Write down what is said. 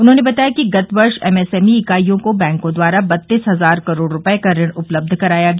उन्होंने बताया कि गत वर्ष एमएसएमई इकाइयों को बैंकों द्वारा बत्तीस हजार करोड़ रूपये का ऋण उपलब्ध कराया गया